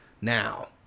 Now